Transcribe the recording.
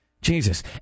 Jesus